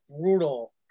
brutal